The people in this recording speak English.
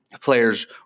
players